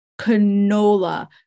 canola